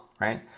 right